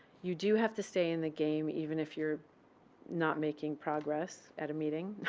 you do have to stay in the game even if you are not making progress at a meeting.